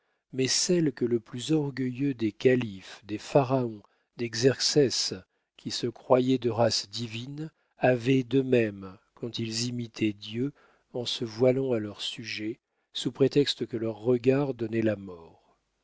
mais celle que le plus orgueilleux des kalifes des pharaons des xerxès qui se croyaient de race divine avaient d'eux-mêmes quand ils imitaient dieu en se voilant à leurs sujets sous prétexte que leurs regards donnaient la mort